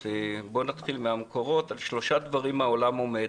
נתחיל מהמקורות: "על שלושה דברים העולם עומד",